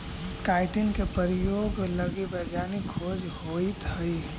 chitin के प्रयोग लगी वैज्ञानिक खोज होइत हई